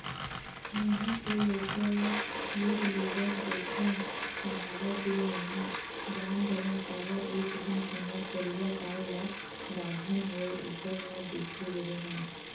मेंहा तोर लइका ल दूद लेगत देखेव सहाड़ा देव मेंहा जान डरेव काबर एक दिन तुँहर करिया गाय ल गाभिन होय ऊपर म देखे रेहे हँव